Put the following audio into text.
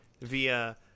via